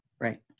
Right